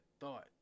thought